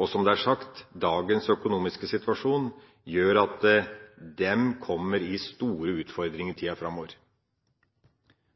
og som det er sagt: Dagens økonomiske situasjon gjør at det kommer store utfordringer i tida framover.